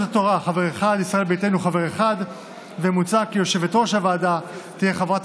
הקואליציה: תמשכו את החוק הזה.